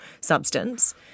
substance